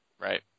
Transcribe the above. right